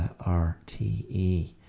RTE